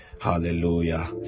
hallelujah